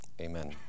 Amen